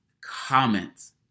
comments